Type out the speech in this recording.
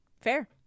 Fair